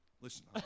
Listen